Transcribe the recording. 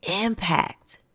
impact